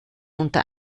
unter